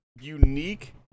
unique